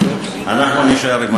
אנחנו נישאר עם העזים.